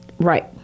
Right